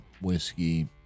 whiskey